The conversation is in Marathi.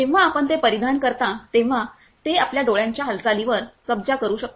जेव्हा आपण ते परिधान करता तेव्हा ते आपल्या डोळ्यांच्या हालचालींवर कब्जा करू शकते